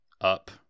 up